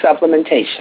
supplementation